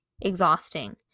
exhausting